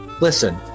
Listen